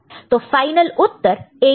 तो फाइनल उत्तर 82 है